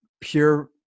pure